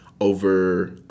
over